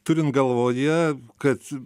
turint galvoje kad